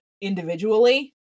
individually